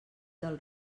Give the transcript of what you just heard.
del